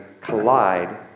collide